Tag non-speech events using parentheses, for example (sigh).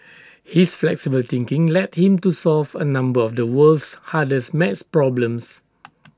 his flexible thinking led him to solve A number of the world's hardest math problems (noise)